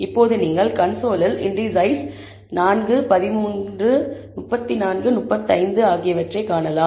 இப்போது நீங்கள் கன்சோலில் இண்டீசெஸ் 4 13 34 35 ஆகியவற்றை காணலாம்